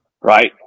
Right